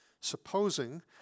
supposing